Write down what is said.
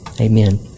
Amen